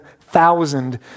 thousand